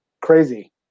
crazy